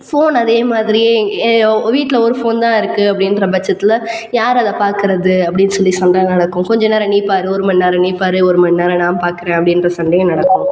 phone அதே மாதிரியே வீட்டில் ஒரு ஃபோன் தான் இருக்குது அப்படிங்கிற பட்சத்தில் யார் அதை பார்க்கறது அப்படின்னு சொல்லி சண்டை நடக்கும் கொஞ்சம் நேரம் நீ பார் ஒரு மணிநேரம் நீ பார் ஒரு மணிநேரம் நான் பார்க்கறேன் அப்படின்ற சண்டையும் நடக்கும்